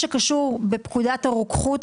כאן, לא מצביעים על הרוויזיה שלו.